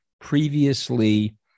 previously